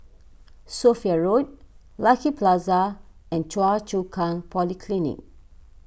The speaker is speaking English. Sophia Road Lucky Plaza and Choa Chu Kang Polyclinic